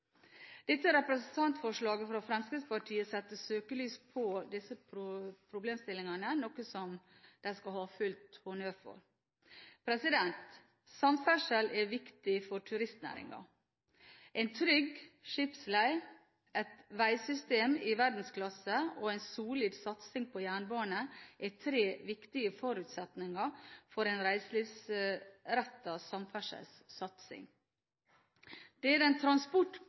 Dette representantforslaget fra Fremskrittspartiet setter søkelyset på disse problemstillingene, noe de skal ha full honnør for. Samferdsel er viktig for turistnæringen. En trygg skipsled, et veisystem i verdensklasse og en solid satsing på jernbane er tre viktige forutsetninger for en reiselivsrettet samferdselssatsing. Det er